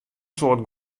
soad